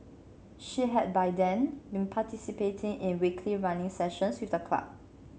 she had by then been participating in weekly running sessions with the club